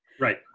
Right